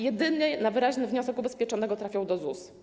Jedynie na wyraźny wniosek ubezpieczonego trafią do ZUS.